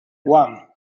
one